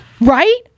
Right